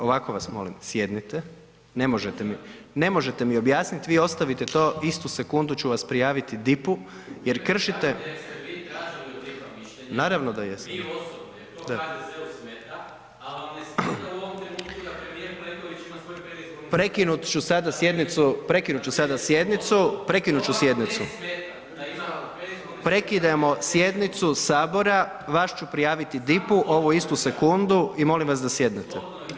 Ovako vas molim, sjednite ne možete mi, ne možete mi objasnit vi ostavite to istu sekundu ću vam prijaviti DIP-u jer kršite … [[Upadica se ne čuje.]] naravno da jesam … [[Upadica se ne čuje.]] prekinut ću sada sjednicu, prekinut ću sjednicu … [[Upadica se ne čuje.]] prekidamo sjednicu sabora, vas ću prijaviti DIP-u ovu istu sekundu i molim vas da sjednete.